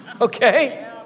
Okay